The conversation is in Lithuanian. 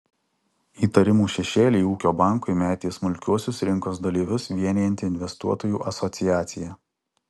įtarimų šešėlį ūkio bankui metė smulkiuosius rinkos dalyvius vienijanti investuotojų asociacija